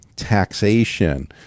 taxation